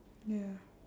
ya